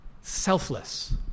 Selfless